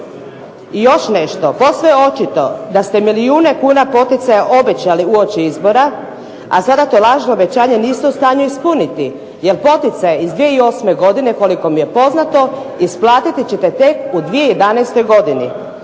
I još nešto. Posve je očito da ste milijune kuna poticaja obećali uoči izbora, a sada to lažno obećanje niste u stanju ispuniti, jer poticaji iz 2008. godine koliko mi je poznato isplatiti ćete tek u 2011. godini.